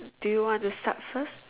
do you want to start first